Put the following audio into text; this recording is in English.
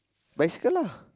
bicycle lah